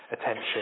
attention